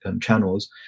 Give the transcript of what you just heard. channels